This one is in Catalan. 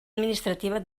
administrativa